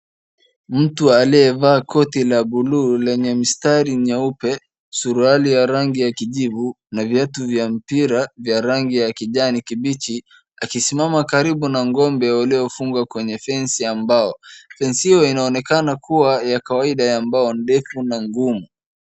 Mtu aliyevaa koti la blue lenye mistari nyeupe, suruali ya rangi ya kijivu na viatu vya mpira vya rangi ya kijani kibichi akisimama karibu na ng'ombe wakiofungwa kwenye fence ya mbao. Fence hiyo inaonekana kuwa ya kawaida ya mbao ndefu na ngumu.